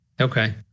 Okay